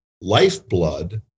lifeblood